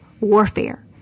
warfare